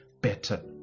better